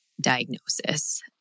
diagnosis